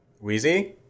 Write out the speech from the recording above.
Wheezy